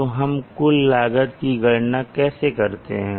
तो हम कुल लागत की गणना कैसे करते हैं